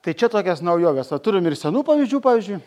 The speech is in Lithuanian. tai čia tokios naujovės o turim ir senų pavyzdžių pavyzdžiui